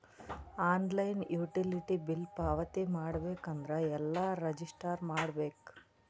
Online utility bill ಪಾವತಿ ಮಾಡಬೇಕು ಅಂದ್ರ ಎಲ್ಲ ರಜಿಸ್ಟರ್ ಮಾಡ್ಬೇಕು?